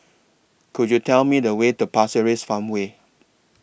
Could YOU Tell Me The Way to Pasir Ris Farmway